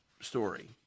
story